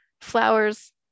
flowers